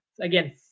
Again